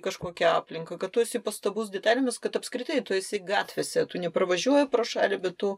kažkokią aplinką kad tu esi pastabus detalėmis kad apskritai tu esi gatvėse tu nepravažiuoji pro šalį bet tu